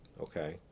Okay